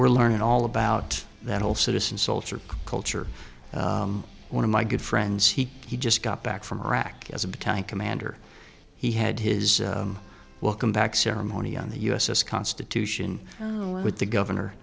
we're learning all about that whole citizen soldier culture one of my good friends he he just got back from iraq as a battalion commander he had his welcome back ceremony on the u s s constitution with the governor